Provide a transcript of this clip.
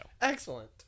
Excellent